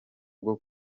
bwo